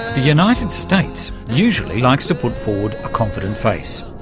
the united states usually likes to put forward a confident face,